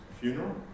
funeral